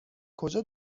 کجا